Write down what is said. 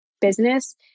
business